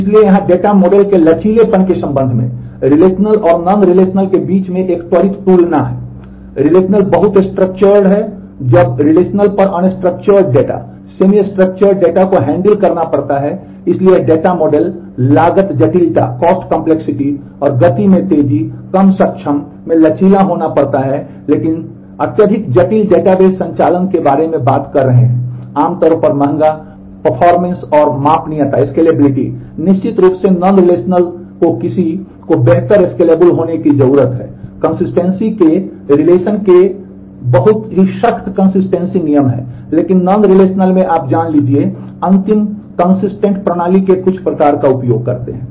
इसलिए यहां data model के लचीलेपन के संबंध में रिलेशनल प्रणाली के कुछ प्रकार का उपयोग करते हैं